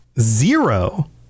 Zero